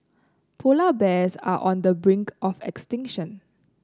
polar bears are on the brink of extinction